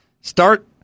start